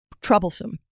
troublesome